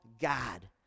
God